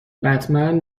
بتمن